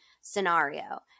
scenario